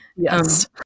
Yes